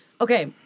Okay